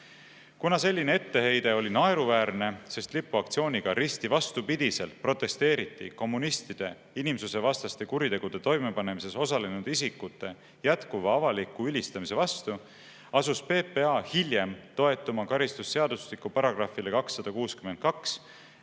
Kuna selline etteheide oli naeruväärne, sest lipuaktsiooniga risti vastupidiselt protesteeriti kommunistide, inimsusevastaste kuritegude toimepanemises osalenud isikute jätkuva avaliku ülistamise vastu, asus PPA hiljem toetuma karistusseadustiku §‑le 262,